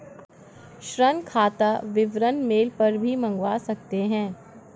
ऋण खाता विवरण मेल पर भी मंगवा सकते है